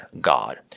God